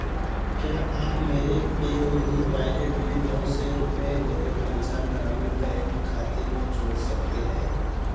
क्या आप मेरे पेयू मनी वायलेट में नौ सौ रुपये मेरे पंजाब ग्रामीण बैंक खाते से जोड़ सकते हैं